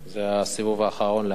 זה הסיבוב האחרון להיום.